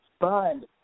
fun